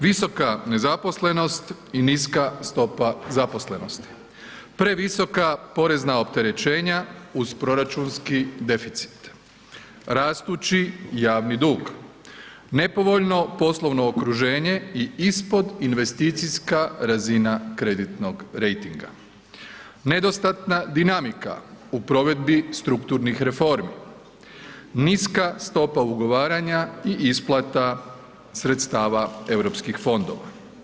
Visoka nezaposlenost i niska stopa zaposlenosti, previsoka porezna opterećenja uz proračunski deficit, rastući javni dug, nepovoljno poslovno okruženje i ispod investicijska razina kreditnog rejtinga, nedostatna dinamika u provedbi strukturnih reformi, niska stopa ugovaranja i isplata sredstava Europskih fondova.